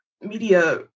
media